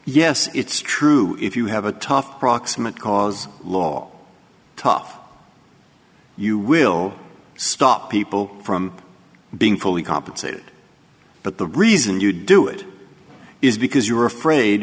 yes it's true if you have a tough proximate cause law toff you will stop people from being fully compensated but the reason you do it is because you're afraid